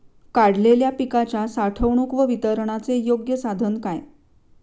काढलेल्या पिकाच्या साठवणूक व वितरणाचे योग्य साधन काय?